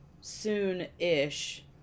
soon-ish